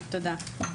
להלן תרגומם: תודה רבה.